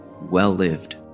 well-lived